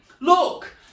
Look